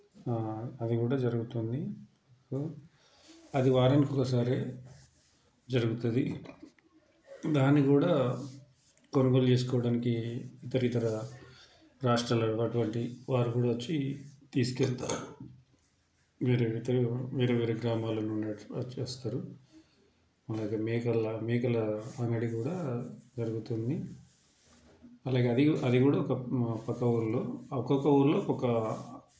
అది కూడా జరుగుతుంది దాంతో అది వారానికి ఒకసారి జరుగుతుంది దాన్ని కూడా కొనుగోలు చేసుకోవడానికి ఇతర ఇతర రాష్ట్రాల అటువంటి వారు కూడా వచ్చి తీసుకెళ్తారు మీరు ఇతర వేరే వేరే గ్రామాల నుండి వచ్చేస్తారు అలాగే మేకల మేకల అంగడి కూడా జరుగుతుంది అలాగే అది అది కూడా ఒక పక్క ఊర్లో ఒక్కొక్క ఊర్లో ఒక